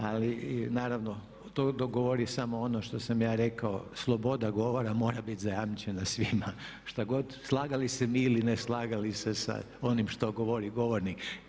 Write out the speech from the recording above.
Ali naravno to dogovor je samo ono što sam ja rekao sloboda govora mora bit zajamčena svima šta god slagali se mi ili ne slagali se sa onim što govori govornik.